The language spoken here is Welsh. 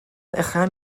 uchel